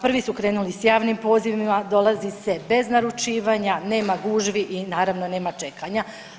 Prvi su krenuli s javnim pozivima, dolazi se bez naručivanja, nema gužvi i naravno, nema čekanja.